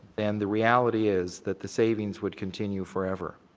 then the reality is that the savings would continue forever.